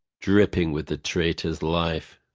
dripping with the traitor's life.